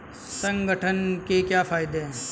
संगठन के क्या फायदें हैं?